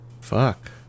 Fuck